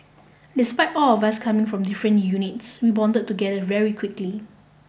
despite all of us coming from different units we bonded together very quickly